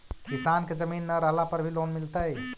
किसान के जमीन न रहला पर भी लोन मिलतइ?